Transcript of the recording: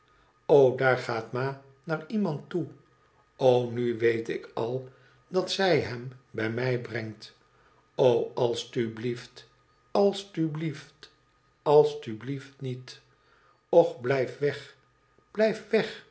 o daar gaat ma naar iemand toe o nu weet ik al dat zij hem bij mij brengt o als t u blieft als t u blieft als t u blieft nieti och blijf weg blijf weg